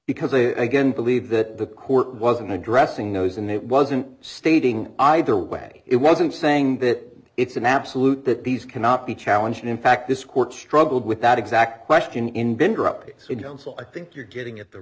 because they again believe that the court wasn't addressing those and it wasn't stating either way it wasn't saying that it's an absolute that these cannot be challenge and in fact this court struggled with that exact question in been corrupted so you know and so i think you're getting at the